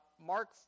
Mark